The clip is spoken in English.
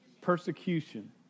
Persecution